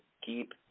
keep